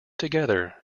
together